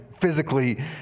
physically